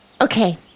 Okay